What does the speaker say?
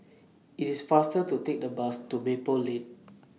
IT IS faster to Take The Bus to Maple Lane